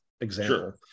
example